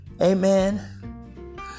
Amen